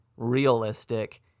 realistic